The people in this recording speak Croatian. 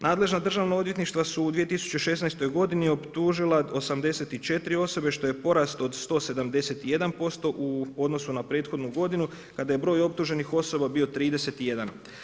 Nadležna državna odvjetništva su u 2016. godini optužila 84 osobe, što je porast od 171% u odnosu na prethodnu godinu kada je broj optuženih osoba bio 31.